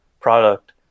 product